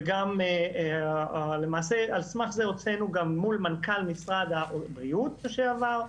ועל סמך זה הוצאנו מול מנכ"ל משרד הבריאות לשעבר,